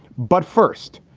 but first,